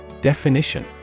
Definition